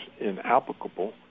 inapplicable